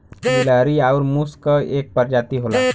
गिलहरी आउर मुस क एक परजाती होला